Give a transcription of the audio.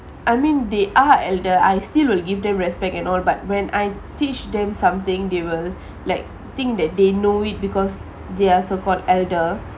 I mean they are elder I still will give them respect and all but when I teach them something they will like think that they know it because they are so called elder